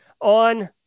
on